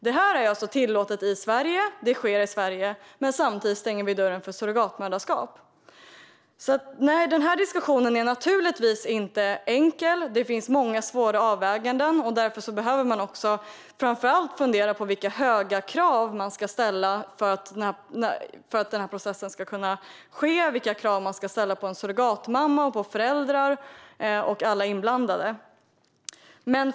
Detta sker alltså i Sverige samtidigt som vi stänger dörren för surrogatmoderskap. Denna diskussion är givetvis inte enkel. Det finns många svåra avvägningar. Vi behöver framför allt fundera på vilka höga krav vi ska ställa för att denna process ska kunna ske och vilka krav vi ska ställa på surrogatmammor, föräldrar och alla inblandade.